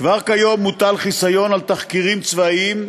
כבר כיום מוטל חיסיון על תחקירים צבאיים,